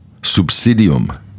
subsidium